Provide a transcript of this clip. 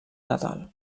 natal